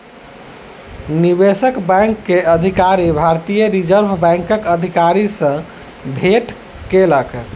निवेशक बैंक के अधिकारी, भारतीय रिज़र्व बैंकक अधिकारी सॅ भेट केलक